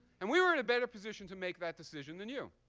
and we were in a better position to make that decision than you.